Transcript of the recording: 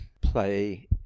play